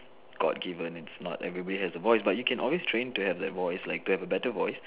god given it's not every body has the voice but you can always train to have that voice to have a better voice